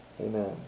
Amen